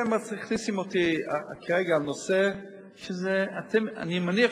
אתם מכניסים אותי כרגע לנושא שאני מניח